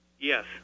Yes